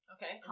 Okay